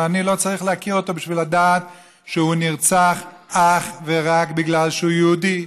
ואני לא צריך להכיר אותו בשביל לדעת שהוא נרצח אך ורק בגלל שהוא יהודי.